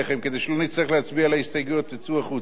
כדי שלא נצטרך להצביע על ההסתייגויות, תצאו החוצה.